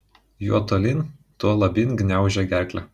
juo tolyn tuo labyn gniaužia gerklę